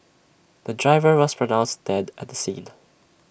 the driver was pronounced dead at the scene